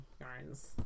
yarns